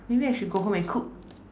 maybe I should go home and cook